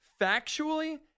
factually